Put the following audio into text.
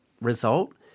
result